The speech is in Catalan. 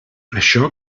això